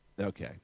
okay